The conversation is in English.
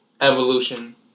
evolution